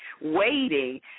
waiting